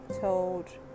told